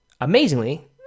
amazingly